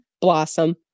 Blossom